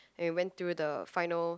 when we went through the final